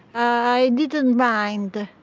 i didn't mind.